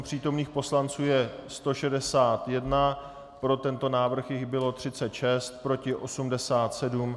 Přítomných poslanců je 161, pro tento návrh jich bylo 36, proti 87.